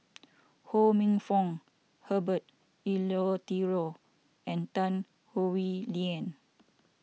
Ho Minfong Herbert Eleuterio and Tan Howe Liang